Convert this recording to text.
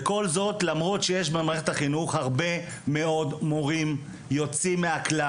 כל זאת למרות שיש במערכת החינוך הרבה מאוד מורים יוצאים מן הכלל